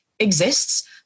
exists